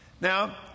Now